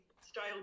style